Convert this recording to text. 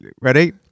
ready